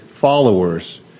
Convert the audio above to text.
followers